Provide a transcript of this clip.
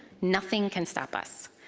nothing can stop us.